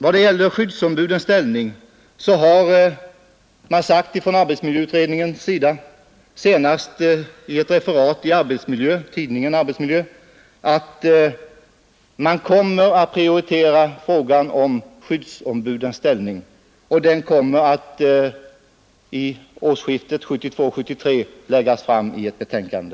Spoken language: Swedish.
Beträffande skyddsombudens ställning har arbetsmiljöutredningen sagt — senast enligt ett referat i tidningen Arbetsmiljö — att man kommer att prioritera frågan om skyddsombudens ställning. Den frågan kommer att vid årsskiftet 1972—1973 läggas fram i ett betänkande.